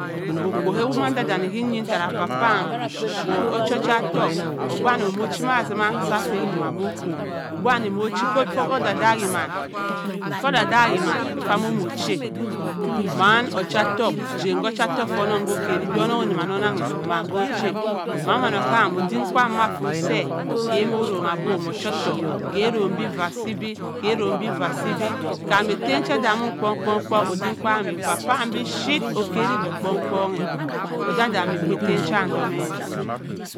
Okwo oyamno mando ke eyin ttara va paam mochi ocuaottok osgu wani mmno chi mazima saffe mon e m-okp obga m’ochi fo odak-dak e man fo odak-dake nun eff va omo ochi a mau ocha ottoku eann ka ocha ottoku fo onnong ko kari do onnong enni man onnang e man ko ocha-a mamma oham odim kwaam ma ffott se ka m’orronga bo m’ochi ottoku ke rong be va asi be ke rong bi va asi be kam ettem chedammon kong-kong-kong odim kwaam-a va paam bipuyitto okari bi kongkong-a odam-odam ka ettem chaun doome.